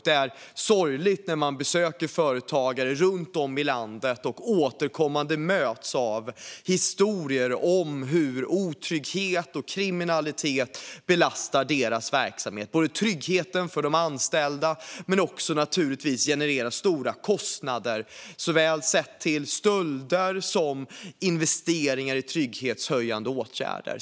Det är sorgligt när man besöker företagare runt om i landet och återkommande möts av historier om hur kriminalitet och otrygghet för personalen belastar deras verksamhet, vilket genererar stora kostnader på grund av stölder och investeringar i trygghetshöjande åtgärder.